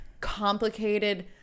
complicated